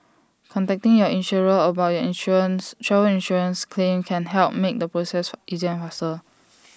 contacting your insurer about your insurance travel insurance claim can help make the process easier and faster